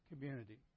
community